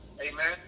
Amen